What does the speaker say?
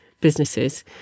businesses